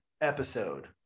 episode